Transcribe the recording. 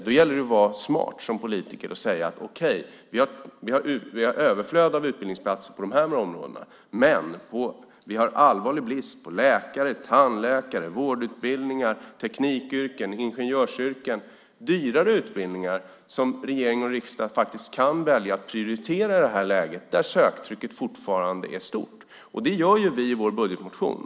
Då gäller det att vara smart som politiker och säga att okej, vi har ett överflöd av utbildningsplatser på de här områdena, men vi har allvarlig brist på läkare, tandläkare, vårdutbildningar, teknikyrken, ingenjörsyrken - dyrare utbildningar som regering och riksdag faktiskt kan välja att prioritera i det här läget och där söktrycket fortfarande är stort. Det är det vi gör i vår budgetmotion.